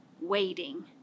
waiting